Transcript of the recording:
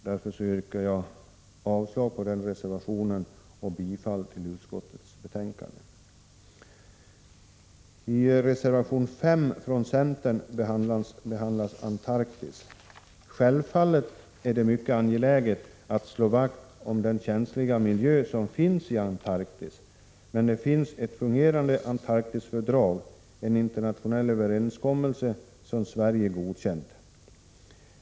Jag yrkar bifall till utskottets förslag och avslag på reservation 4. Reservation nr 5 från centern behandlar frågan om skyddet av Antarktis. Självfallet är det mycket angeläget att slå vakt om den känsliga miljö som finns i Antarktis. Men det finns ett fungerande Antarktisfördrag — en internationell överenskommelse — som Sverige godkänt.